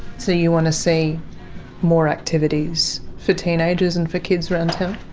so you want to see more activities for teenagers and for kids around town?